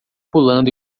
pulando